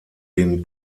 den